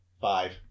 Five